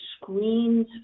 screens